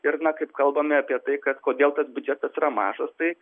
ir na kaip kalbame apie tai kad kodėl tas biudžetas yra mažas tai